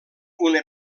una